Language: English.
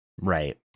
Right